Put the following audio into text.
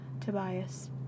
Tobias